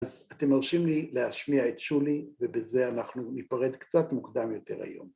אז אתם מרשים לי להשמיע את שולי, ובזה אנחנו ניפרד קצת מוקדם יותר היום.